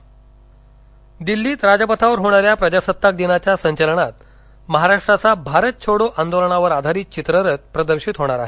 चित्ररथ् दिल्लीत राजपथावर होणा या प्रजासत्ताक दिनाच्या संचलनात महाराष्ट्राचा भारतछोड़ो आंदोलनावर आधारीत चित्ररथ प्रदर्शित होणार आहे